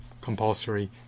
compulsory